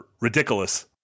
Ridiculous